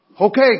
Okay